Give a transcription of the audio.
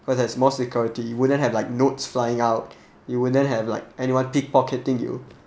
cause there's more security you wouldn't have like notes flying out you wouldn't have like anyone pick pocketing you